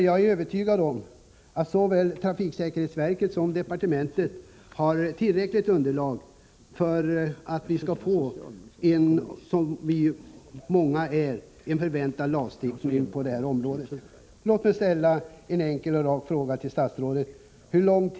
Jag är övertygad om att såväl trafiksäkerhetsverket som departementet har tillräckligt underlag för en av många förväntad lagstiftning på det här området.